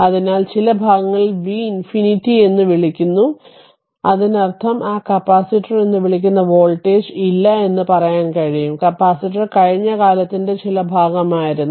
അതിനാൽ ചില ഭാഗങ്ങളിൽ v ഇൻഫിനിറ്റി എന്ന് വിളിക്കുന്നു അതിനാൽ അതിനർത്ഥം ആ കപ്പാസിറ്റർ എന്ന് വിളിക്കുന്ന വോൾട്ടേജ് ഇല്ല എന്ന് പറയാൻ കഴിയും കപ്പാസിറ്റർ കഴിഞ്ഞ കാലത്തിന്റെ ചില ഭാഗമായിരുന്നു